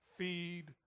Feed